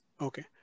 Okay